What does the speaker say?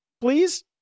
please